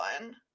one